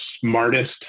smartest